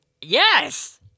Yes